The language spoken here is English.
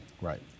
Right